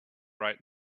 right